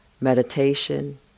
meditation